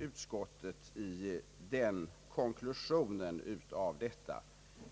utskottet i den konklusionen.